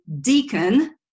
deacon